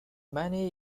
many